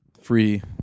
free